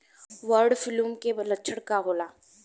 Bird flu के लक्षण का होला?